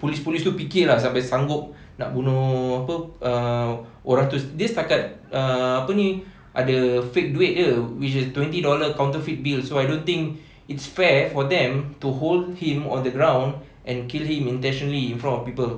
police police tu fikir lah sampai sanggup nak bunuh apa err orang tu dia setakat err apa ni ada fake duit jer which is twenty dollar counterfeit bills so I don't think it's fair for them to hold him on the ground and kill him intentionally in front of people